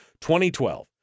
2012